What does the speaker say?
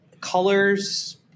Colors